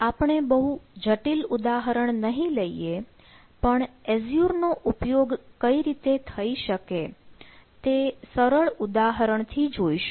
અહીં આપણે બહુ જટિલ ઉદાહરણ નહીં લઈએ પણ એઝ્યુર નો ઉપયોગ કઈ રીતે થઈ શકે તે સરળ ઉદાહરણથી જોઈશું